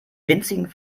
winzigen